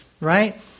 Right